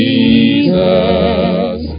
Jesus